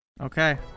Okay